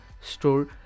store